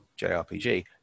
JRPG